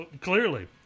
Clearly